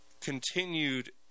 continued